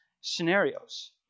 scenarios